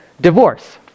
divorce